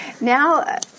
Now